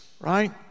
right